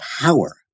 power